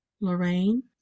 Lorraine